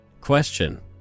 question